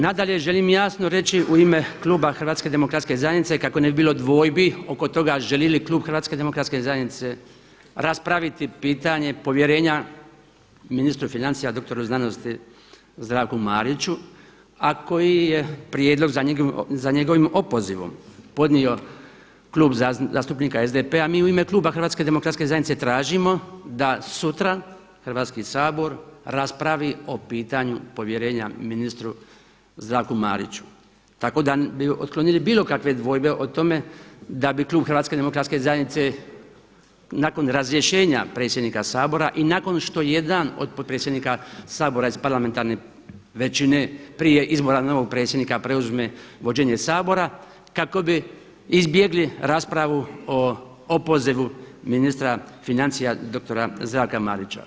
Nadalje želim jasno reći u ime kluba Hrvatske demokratske zajednice kako ne bi bilo dvojbi oko toga želi li klub Hrvatske demokratske zajednice raspraviti pitanje povjerenja ministru financija doktoru znanosti Zdravku Mariću, a koji je prijedlog za njegovim opozivom podnio Klub zastupnika SDP-a mi u ime kluba Hrvatske demokratske zajednice tražimo da sutra Hrvatski sabor raspravi o pitanju povjerenja ministru Zdravku Mariću, tako da bi otklonili bilo kakve dvojbe o tome da bi klub Hrvatske demokratske zajednice nakon razrješenja predsjednika Sabora i nakon što jedan od potpredsjednika Sabora iz parlamentarne većine prije izbora novog predsjednika preuzme vođenje Sabora kako bi izbjegli raspravu o opozivu ministra financija doktora Zdravka Marića.